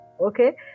okay